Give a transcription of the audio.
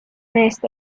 meest